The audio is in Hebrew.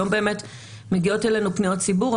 כי היום מגיעות אלינו פניות ציבור,